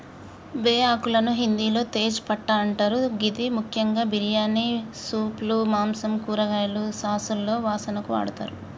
బేఆకులను హిందిలో తేజ్ పట్టా అంటరు గిది ముఖ్యంగా బిర్యానీ, సూప్లు, మాంసం, కూరలు, సాస్లలో వాసనకు వాడతరు